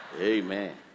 Amen